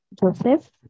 Joseph